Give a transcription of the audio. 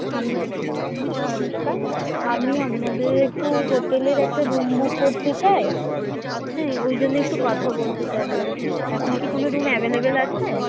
আমি নমস্কার আমি আপনাদের একটু হোটেলের একটা রুম বুক করতে চাই হ্যাঁ ওই জন্য একটু কথা বলতে চাইতাম এখন কি কোনো রুম অ্যাভেলেবেল আছে